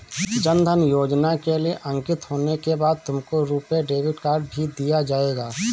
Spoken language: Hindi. जन धन योजना के लिए अंकित होने के बाद तुमको रुपे डेबिट कार्ड भी दिया जाएगा